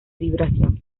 vibración